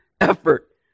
effort